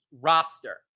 roster